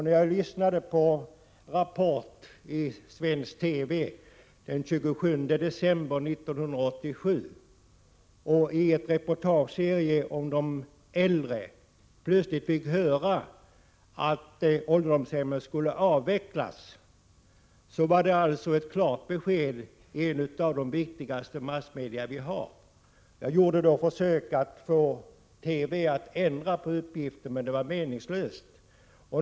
När jag lyssnade på Rapport i svensk TV den 27 december 1987 och i en reportageserie om de äldre plötsligt fick höra att ålderdomshemmen skulle avvecklas var det ett klart besked i ett av de viktigaste massmedierna. Jag gjorde då försök att få TV att ändra uppgiften, men det var meningslöst.